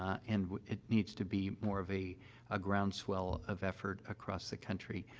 and it needs to be more of a a groundswell of effort across the country,